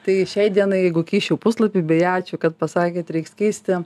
tai šiai dienai jeigu keisčiau puslapių beje ačiū kad pasakėt reiks keisti